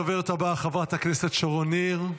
הדוברת הבאה, חברת הכנסת שרון ניר.